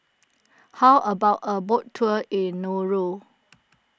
how about a boat tour in Nauru